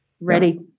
ready